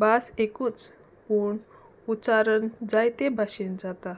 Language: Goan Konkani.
भास एकूच पूण उच्चारण जायते भशेन जाता